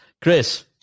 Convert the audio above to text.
Chris